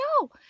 no